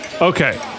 Okay